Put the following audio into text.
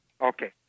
okay